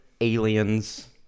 aliens